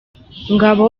ngabo